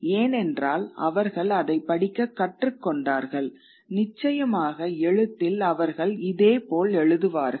ஏனென்றால் அவர்கள் அதைப் படிக்கக் கற்றுக் கொண்டார்கள் நிச்சயமாக எழுத்தில் அவர்கள் இதேபோல் எழுதுவார்கள்